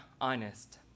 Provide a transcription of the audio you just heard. honest